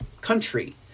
country